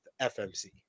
FMC